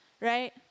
Right